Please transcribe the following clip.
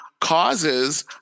causes